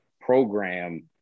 program